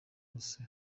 hose